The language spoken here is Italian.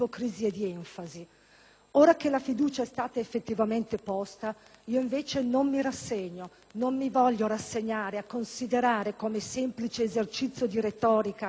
Ora che la fiducia è stata effettivamente posta, io invece non mi rassegno, non mi voglio rassegnare a considerare come semplice esercizio di retorica e di ipocrisia